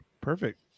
perfect